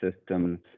systems